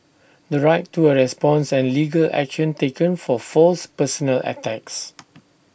the right to A response and legal action taken for false personal attacks